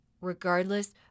regardless